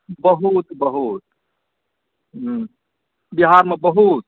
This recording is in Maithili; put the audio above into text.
बहुत बहुत बिहारमे बहुत